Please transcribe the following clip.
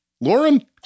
Lauren